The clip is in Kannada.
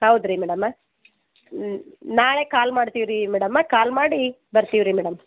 ಹೌದು ರೀ ಮೇಡಮ ನಾಳೆ ಕಾಲ್ ಮಾಡ್ತೀವಿ ರೀ ಮೇಡಮ ಕಾಲ್ ಮಾಡಿ ಬರ್ತೀವಿ ರೀ ಮೇಡಮ್